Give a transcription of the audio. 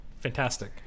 fantastic